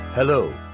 Hello